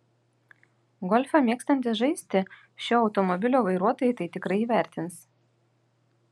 golfą mėgstantys žaisti šio automobilio vairuotojai tai tikrai įvertins